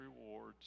rewards